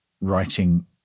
writing